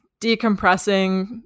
decompressing